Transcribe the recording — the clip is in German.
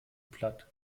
platt